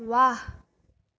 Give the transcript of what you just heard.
व्वा